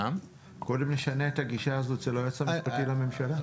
קודם נשנה את הגישה הזאת אצל היועץ המשפטי לממשלה.